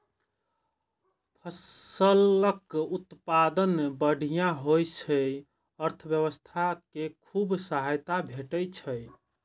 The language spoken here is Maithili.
फसलक उत्पादन बढ़िया होइ सं अर्थव्यवस्था कें खूब सहायता भेटै छै